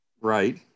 right